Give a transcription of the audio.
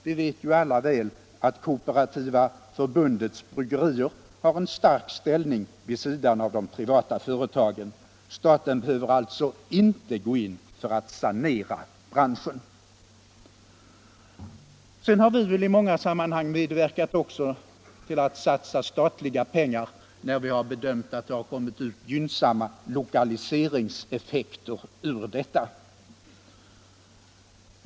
Vi vet alla att Kooperativa Förbundets bryggerier har en stark ställning vid sidan av de privata företagen. Staten behöver alltså inte gå in för att sanera branschen. Vidare har vi väl i många sammanhang medverkat till att satsa statliga pengar, när vi har bedömt det så att det skulle komma ut gynnsamma lokaliseringseffekter ur detta.